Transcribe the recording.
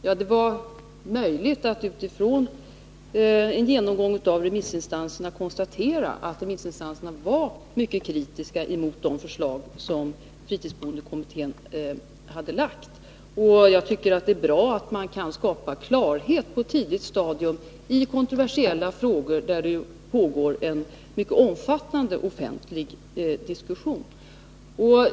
Ja, det var möjligt att utifrån en genomgång av remissinstansernas svar konstatera att de var mycket kritiska mot de förslag fritidsboendekommittén hade lagt fram. Jag tycker att det är bra att man kan skapa klarhet på ett tidigt stadium i kontroversiella frågor, där det pågår en mycket omfattande offentlig diskussion.